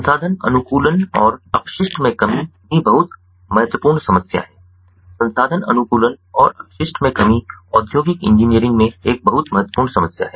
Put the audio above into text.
संसाधन अनुकूलन और अपशिष्ट में कमी भी बहुत महत्वपूर्ण समस्या है संसाधन अनुकूलन और अपशिष्ट में कमी औद्योगिक इंजीनियरिंग में एक बहुत महत्वपूर्ण समस्या है